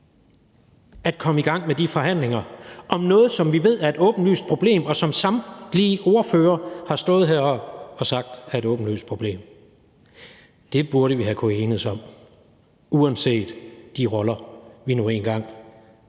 at komme i gang med de forhandlinger om noget, som vi ved er et åbenlyst problem, og som samtlige ordførere har stået her og sagt er et åbenlyst problem. Det burde vi have kunnet have enedes om, uanset de roller, vi nu engang er